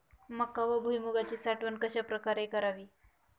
मका व भुईमूगाची साठवण कशाप्रकारे करावी?